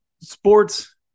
sports